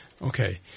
Okay